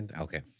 Okay